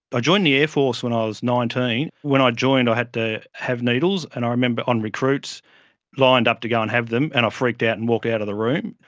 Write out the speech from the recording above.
joined the air force when ah i was nineteen. when i joined i had to have needles and i remember on recruits lined up to go and have them and i freaked out and walked out of the room.